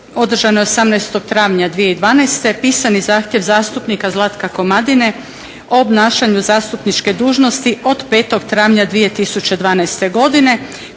održanoj 18. travnja 2012. pisani zahtjev zastupnika Zlatka Komadine o obnašanju zastupničke dužnosti od 5. travnja 2012. godine